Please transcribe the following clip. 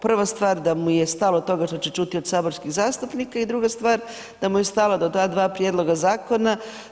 Prva stvar, da mu je stalo do toga što će čuti od saborskih zastupnika i druga stvar, da mu je stalo do ta dva prijedloga zakona.